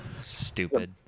Stupid